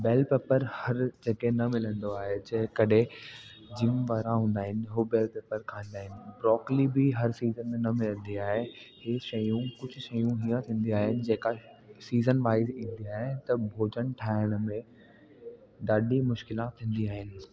बेल pepper हर जॻह न मिलंदो आहे ऐं जेकॾहें जिम वारा हूंदा आहिनि उहे बेल पेपर खाईंदा आहिनि ब्रोकिली बि हर सीज़न में न मिलंदी आहे ऐं ई शयूं कुझु शयूं इहे आहिनि जेका सीज़न वाइस ईंदी आहे त भोजन ठाहिण में ॾाढी मुश्किलात थींदी आहिनि